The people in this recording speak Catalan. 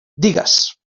digues